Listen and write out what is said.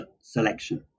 selection